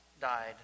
died